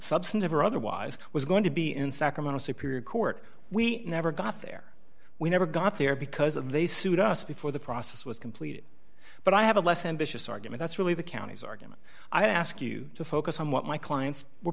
substantive or otherwise was going to be in sacramento superior court we never got there we never got there because of they sued us before the process was completed but i have a less ambitious argument that's really the county's argument i ask you to focus on what my clients were